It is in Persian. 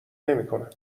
نمیکنم